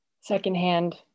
secondhand